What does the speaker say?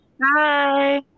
Bye